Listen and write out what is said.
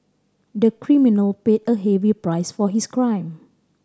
the criminal paid a heavy price for his crime